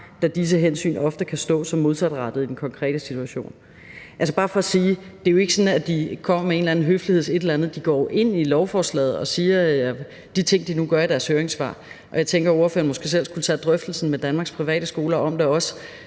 da disse hensyn ofte kan stå som modsatrettede i de konkrete sager«. Det er bare for at sige: Det er jo ikke sådan, at de kommer med en eller anden høflighedsting. De går ind i lovforslaget og siger de ting, de nu gør, i deres høringssvar. Og jeg tænker, at ordføreren måske selv skulle tage drøftelsen med Danmarks Private Skoler om det også.